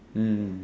mm